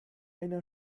einer